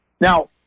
now